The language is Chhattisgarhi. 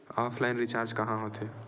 ऑफलाइन रिचार्ज कहां होथे?